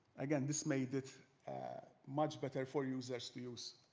again, this made it much better for users to use.